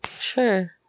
Sure